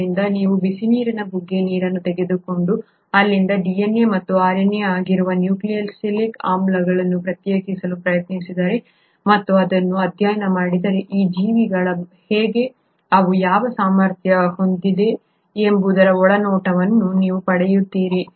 ಆದ್ದರಿಂದ ನೀವು ಬಿಸಿನೀರಿನ ಬುಗ್ಗೆ ನೀರನ್ನು ತೆಗೆದುಕೊಂಡು ಅಲ್ಲಿಂದ DNA ಮತ್ತು RNA ಆಗಿರುವ ನ್ಯೂಕ್ಲಿಯಿಕ್ ಆಮ್ಲಗಳನ್ನು ಪ್ರತ್ಯೇಕಿಸಲು ಪ್ರಯತ್ನಿಸಿದರೆ ಮತ್ತು ಅದನ್ನು ಅಧ್ಯಯನ ಮಾಡಿದರೆ ಈ ಜೀವಿಗಳು ಹೇಗೆ ಮತ್ತು ಅವು ಯಾವ ಸಾಮರ್ಥ್ಯ ಹೊಂದಿವೆ ಎಂಬುದರ ಒಳನೋಟವನ್ನು ನೀವು ಪಡೆಯುತ್ತೀರಿ